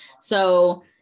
So-